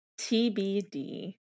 TBD